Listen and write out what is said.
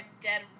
dead